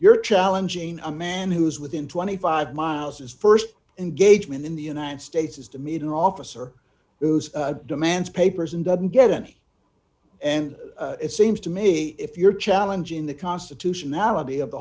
you're challenging a man who's within twenty five miles as st engagement in the united states is to meet an officer who demands papers and doesn't get any and it seems to me if you're challenging the constitutionality of the